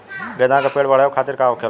गेंदा का पेड़ बढ़अब खातिर का होखेला?